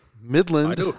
Midland